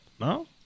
no